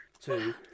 two